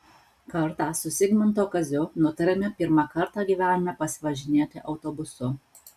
kartą su zigmanto kaziu nutarėme pirmą kartą gyvenime pasivažinėti autobusu